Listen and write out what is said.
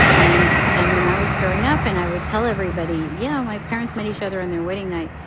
and and when i was growing up and i would tell everybody, yeah, my parents met each other on their wedding night,